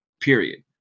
period